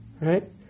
right